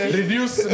reduce